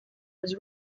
was